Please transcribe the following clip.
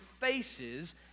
faces